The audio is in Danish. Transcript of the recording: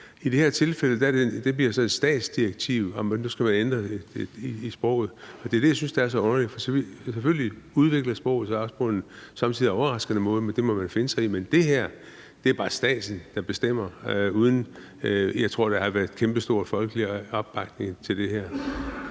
I det her tilfælde bliver det så et statsdirektiv om, at man skal ændre i sproget, og det er det, jeg synes er så underligt. Selvfølgelig udvikler sproget sig også på en somme tider overraskende måde, men det må man finde sig i, men det her er bare staten, der bestemmer, uden at der været, tror jeg, kæmpestor folkelig opbakning til det.